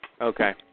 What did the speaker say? Okay